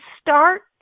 start